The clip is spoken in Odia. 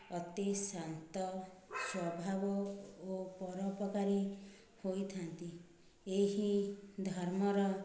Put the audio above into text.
ଅତି ଶାନ୍ତ ସ୍ଵଭାବ ଓ ପରୋପକାରୀ ହୋଇଥାନ୍ତି ଏହି ଧର୍ମର